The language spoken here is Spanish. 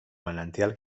manantial